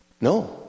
No